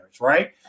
Right